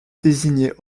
désignaient